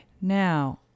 Now